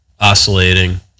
oscillating